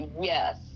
Yes